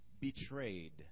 betrayed